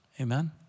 Amen